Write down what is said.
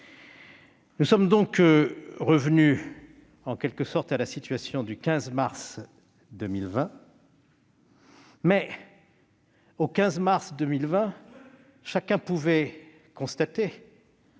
Nous sommes donc revenus, en quelque sorte, à la situation du 15 mars 2020, mais, à cette date, chacun pouvait constater